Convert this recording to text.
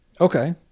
Okay